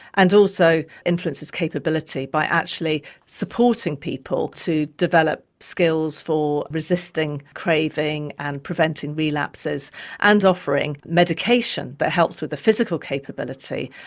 and also influences capability by actually supporting people to develop skills for resisting craving and preventing relapses and offering medication that helps with the physical capability.